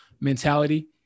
mentality